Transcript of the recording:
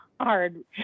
hard